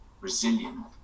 resilient